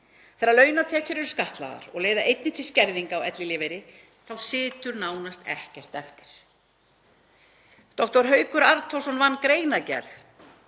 Þegar launatekjur eru skattlagðar og leiða einnig til skerðinga á ellilífeyri þá situr nánast ekkert eftir. Dr. Haukur Arnþórsson vann greinargerð